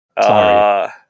Sorry